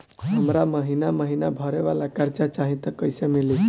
हमरा महिना महीना भरे वाला कर्जा चाही त कईसे मिली?